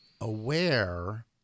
Aware